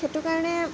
সেইটো কাৰণে